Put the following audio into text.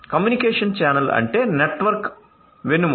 communication channel అంటే network వెన్నెముక